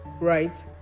right